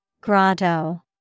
Grotto